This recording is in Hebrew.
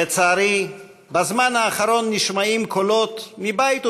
לצערי, בזמן האחרון נשמעים קולות, מבית ומחוץ,